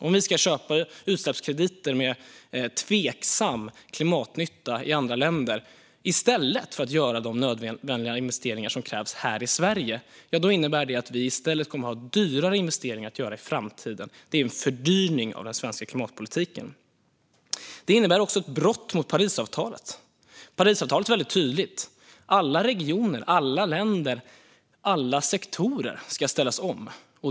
Om vi ska köpa utsläppskrediter med tveksam klimatnytta i andra länder i stället för att göra de investeringar som krävs här i Sverige innebär det att vi i stället kommer att ha dyrare investeringar att göra i framtiden. Det är en fördyring av den svenska klimatpolitiken. Det innebär också ett brott mot Parisavtalet. Parisavtalet är väldigt tydligt: Alla regioner, alla länder, alla sektorer ska ställas om.